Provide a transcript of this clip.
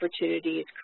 opportunities